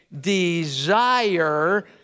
desire